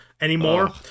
anymore